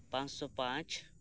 ᱯᱟᱸᱪᱥᱚ ᱯᱟᱸᱪ